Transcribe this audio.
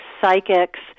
psychics